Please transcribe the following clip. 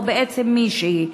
או בעצם מישהי.